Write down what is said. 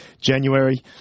january